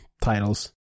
titles